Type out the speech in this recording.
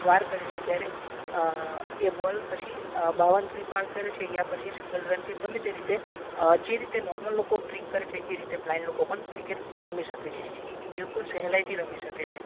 વાર કરે છે જયારે એ બોલ પછી બાઉન્ડ્રી પાર કરે છે યા તો પછી સિંગલ રન કરે છે ગમે તે રીતે જે રીતે જે રીતે નોર્મલ લોકો ટ્રીક કરે છે એ રીતે બ્લાઇન્ડ લોકો પણ ક્રિકેટ રમી શકે છે બિલકુલ સહેલાઈથી રમી શકે છે